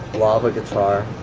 lava guitar